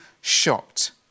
shocked